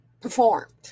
performed